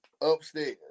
upstairs